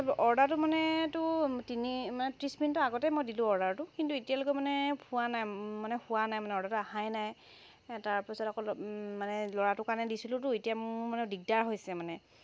তাৰ ছত অৰ্ডাৰটো মানে তো তিনি মানে ত্ৰিছ মিনিটৰ আগতেই দিলোঁ মই দিলোঁ অৰ্ডাৰটো কিন্তু এতিয়ালৈকে মানে পোৱা নাই মানে হোৱা নাই মানে অৰ্ডাৰটো অহাই নাই তাৰ পাছত আকৌ মানে ল'ৰাটোৰ কাৰণে দিছিলোঁতো এতিয়া মানে মোৰ মানে দিগদাৰ হৈছে মানে